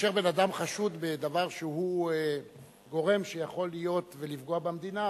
כאשר בן-אדם חשוד בדבר שהוא גורם שיכול לפגוע במדינה,